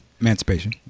Emancipation